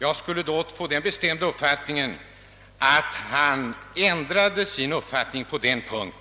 Jag är säker på att han då skulle ändra sin uppfattning på denna punkt.